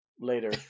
later